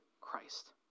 Christ